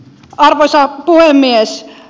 arvoisa puhemies